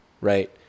right